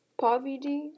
pavidi